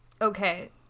Okay